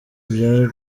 bya